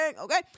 Okay